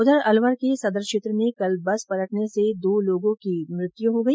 उधर अलवर के सदर क्षेत्र में कल बस पलटने से दो लोगों की मृत्य हो गई